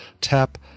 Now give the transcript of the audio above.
Tap